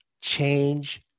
change